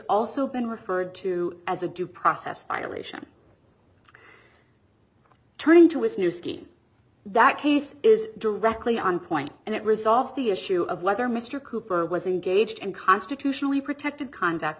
also been referred to as a due process violation turning to his new scheme that case is directly on point and it resolves the issue of whether mr cooper was engaged in constitutionally protected contact